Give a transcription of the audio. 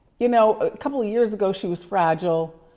you know, a couple of years ago, she was fragile.